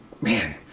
man